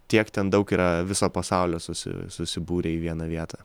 tiek ten daug yra viso pasaulio susi susibūrė į vieną vietą